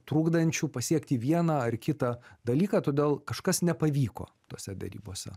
trukdančių pasiekti vieną ar kitą dalyką todėl kažkas nepavyko tose derybose